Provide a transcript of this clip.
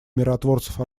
миротворцев